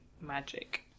magic